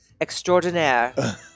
extraordinaire